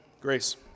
Grace